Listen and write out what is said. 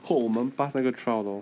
hope 我们 pass 那个 trial lor